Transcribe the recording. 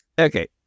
Okay